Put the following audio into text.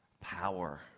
power